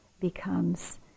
becomes